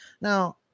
Now